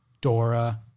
Dora